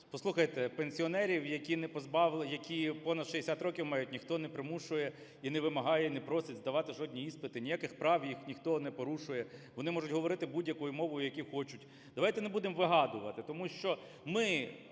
Послухайте, пенсіонерів, які понад 60 років мають, ніхто не примушує і не вимагає, і не просить здавати жодні іспити, ніяких прав їх ніхто не порушує, вони можуть говорити будь-якою мовою, якою хочуть. Давайте не будемо вигадувати, тому що ми,